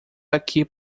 aqui